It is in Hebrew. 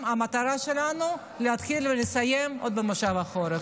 המטרה שלנו היא להתחיל ולסיים עוד במושב החורף.